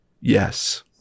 Yes